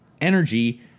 energy